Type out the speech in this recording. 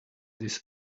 this